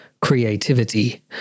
creativity